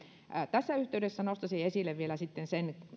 tässä yhteydessä nostaisin esille vielä sen